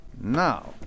Now